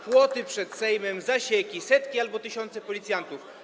Płoty przed Sejmem, zasieki, setki albo tysiące policjantów.